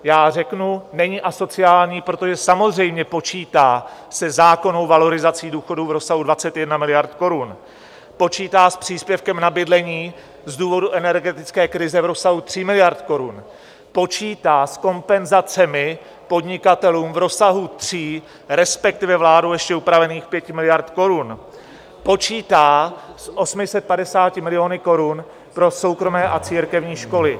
Já řeknu, není asociální, protože samozřejmě počítá se zákonnou valorizací důchodů v rozsahu 21 miliard korun, počítá s příspěvkem na bydlení z důvodu energetické krize v rozsahu 3 miliard korun, počítá s kompenzacemi podnikatelům v rozsahu tří, respektive vládou ještě upravených 5 miliard korun, počítá s 850 miliony korun pro soukromé a církevní školy...